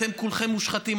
אתם כולכם מושחתים,